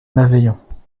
malveillants